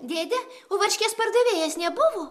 dėde o varškės pardavėjas nebuvo